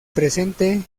presente